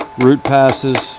root passes,